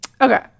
Okay